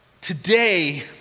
today